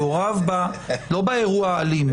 מעורב לא באירוע האלים,